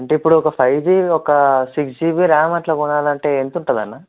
అంటే ఇప్పుడు ఒక ఫైవ్ జీ ఒక సిక్స్ జిబి ర్యామ్ అట్లా కొనాలి అంటే ఎంత ఉంటుంది అన్నా